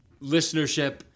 Listenership